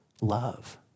love